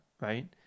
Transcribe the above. right